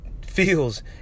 feels